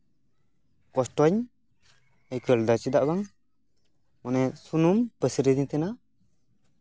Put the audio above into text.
ᱠᱚᱥᱴᱚᱧ ᱟᱹᱭᱠᱟᱹᱣ ᱞᱮᱫᱟ ᱪᱮᱫᱟᱜ ᱵᱟᱝ ᱢᱟᱱᱮ ᱥᱩᱱᱩᱢ ᱯᱟᱹᱥᱤᱨ ᱟᱹᱫᱤᱧ ᱛᱟᱦᱮᱸᱱᱟ